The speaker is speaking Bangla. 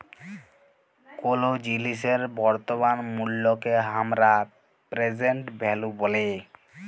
কোলো জিলিসের বর্তমান মুল্লকে হামরা প্রেসেন্ট ভ্যালু ব্যলি